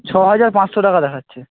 ছহাজার পাঁচশো টাকা দেখাচ্ছে